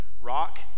rock